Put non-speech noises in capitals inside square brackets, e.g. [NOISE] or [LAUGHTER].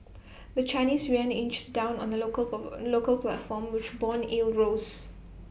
the Chinese Yuan inched down on the local [UNINTELLIGIBLE] local platform which Bond yields rose